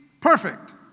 perfect